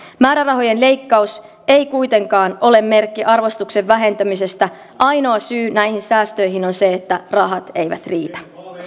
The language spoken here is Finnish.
määrärahojen leikkaus ei kuitenkaan ole merkki arvostuksen vähentymisestä ainoa syy näihin säästöihin on se että rahat eivät riitä